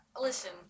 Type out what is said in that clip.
listen